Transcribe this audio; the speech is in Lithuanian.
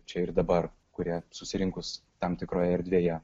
čia ir dabar kurie susirinkus tam tikroje erdvėje